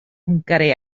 hwngari